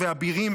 אבירים,